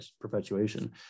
perpetuation